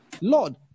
Lord